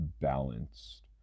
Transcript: Balanced